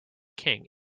king